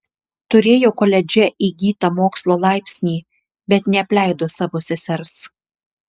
turėjo koledže įgytą mokslo laipsnį bet neapleido savo sesers